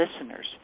listeners